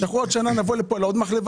עוד שנה נבוא לפה בעניין עוד מחלבה